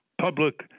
public